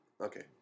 Okay